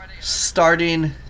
starting